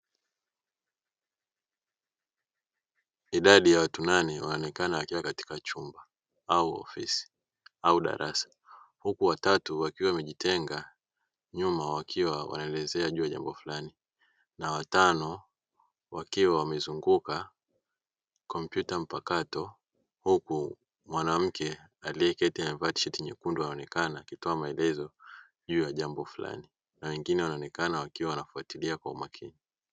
Idadi ya watu nane wanaonekana wakiwa katika chumba au ofisi au darasa. Huku watatu wakiwa wamejitenga nyuma, wakiwa wanaelezea juu ya jambo fulani. Na watano wakiwa wamezunguka kompyuta mpakato, huku mwanamke aliyeketi amevaa tisheti nyekundu aonekana akitoa maelezo juu ya jambo fulani na wengine wanaonekana wakiwa wanafuatilia kwa umakini.